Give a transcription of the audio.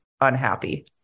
unhappy